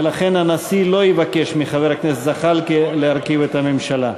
ולכן הנשיא לא יבקש מחבר הכנסת זחאלקה להרכיב את הממשלה.